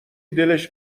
دلش